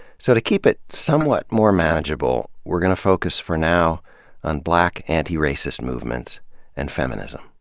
so to keep it somewhat more manageable, we're gonna focus for now on black anti-racist movements and feminism.